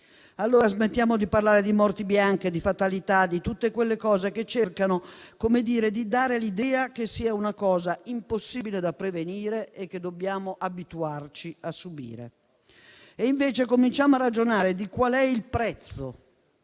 Smettiamo di parlare di morti bianche, di fatalità, di tutto ciò che cerca di dare l'idea che questa sia una realtà impossibile da prevenire e che dobbiamo abituarci a subire. Invece, cominciamo a ragionare su qual è il prezzo